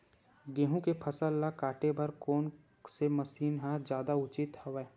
गेहूं के फसल ल काटे बर कोन से मशीन ह जादा उचित हवय?